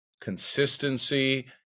consistency